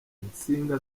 insinga